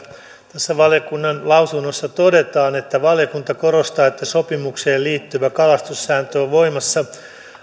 tässä valiokunnan lausunnossa todetaan että valiokunta korostaa että sopimukseen liittyvä kalastussääntö on voimassa